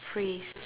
phrase